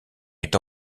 est